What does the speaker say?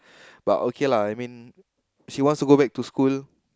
but okay lah I mean if she wants to go back to school